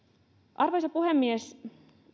arvoisa puhemies